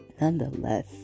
nonetheless